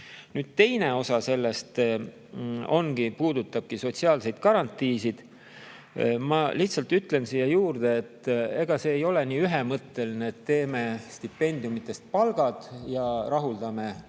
teine osa sellest puudutabki sotsiaalseid garantiisid. Ma lihtsalt ütlen siia juurde, et ega see ei ole nii ühemõtteline, et teeme stipendiumitest palgad ja rahuldame